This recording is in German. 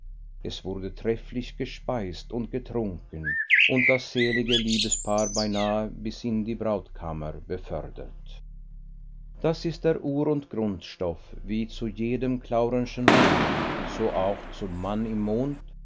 es wurde trefflich gespeist und getrunken und das selige liebespaar beinahe bis in die brautkammer befördert das ist der ur und grundstoff wie zu jedem claurenschen roman so auch zum mann im mond